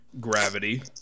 gravity